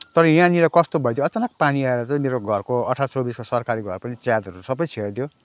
तर यहाँनिर कस्तो भइदियो अचानक पानी आएर चाहिँ मेरो घरको अठारह चौबिसको सरकारी घर पनि च्यादरहरू सबै छेडिदियो